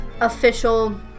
official